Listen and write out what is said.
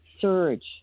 surge